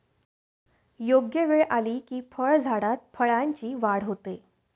योग्य वेळ आली की फळझाडात फळांची वाढ होते